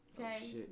Okay